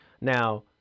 Now